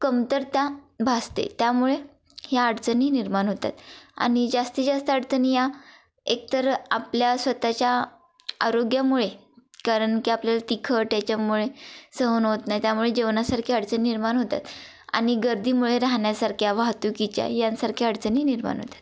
कमतरता भासते त्यामुळे ह्या अडचणी निर्माण होतात आणि जास्तीत जास्त अडचणी या एकतर आपल्या स्वत च्या आरोग्यामुळे कारण की आपल्याला तिखट याच्यामुळे सहन होत नाही त्यामुळे जेवणासारखे अडचणी निर्माण होतात आणि गर्दीमुळे राहण्यासारख्या वाहतुकीच्या यांसारख्या अडचणी निर्माण होतात